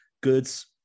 goods